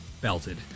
belted